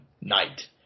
night